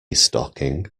stocking